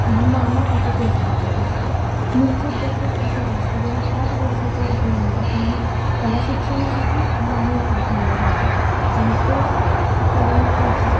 आणि मामा त्याचे केस कापत असतो मुंजीतदेखील असंच असतं जेव्हा आठ वर्षाचा होतो मुलगा तेव्हा त्याला शिक्षणासाठी बाहेर पाठवलं जातं आणि ते करण्याआधी